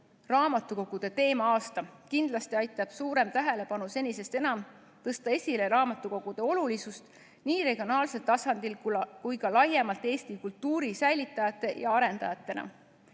raamatukogude teema-aasta. Kindlasti aitab suurem tähelepanu senisest enam tõsta esile raamatukogude olulisust nii regionaalsel tasandil kui ka laiemalt Eesti kultuuri säilitajate ja arendajatena.